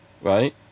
Right